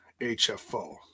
hfo